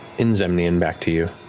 in zemnian back to you,